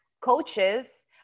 coaches